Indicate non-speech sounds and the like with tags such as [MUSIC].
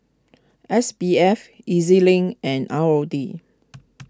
S B F E Z Link and R O D [NOISE]